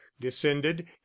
descended